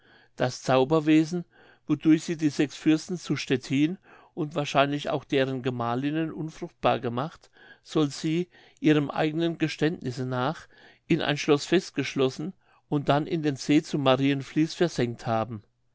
das zauberwesen wodurch sie die sechs fürsten zu stettin und wahrscheinlich auch deren gemahlinnen unfruchtbar gemacht soll sie ihrem eigenen geständnisse nach in ein schloß festgeschlossen und dann in den see zu mariafließ versenkt haben